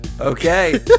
Okay